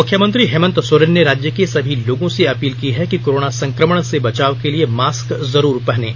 मुख्यमंत्री हेमंत सोरेन ने राज्य के सभी लोगों से अपील की है कि कोरोना संक्रमण से बचाव के लिए मास्क जरूर पहनें